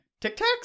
Tic-tacs